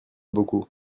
beaucoup